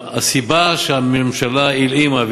הסיבה שהממשלה הלאימה,